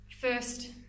first